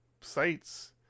sites